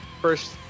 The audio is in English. first